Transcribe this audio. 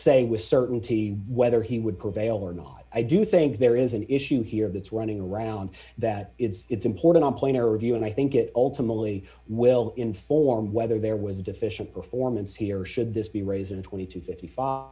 say with certainty whether he would prevail or not i do think there is an issue here that's running a round that it's important i'm playing a review and i think it ultimately will inform whether there was a deficient performance here or should this be raised in twenty to fifty five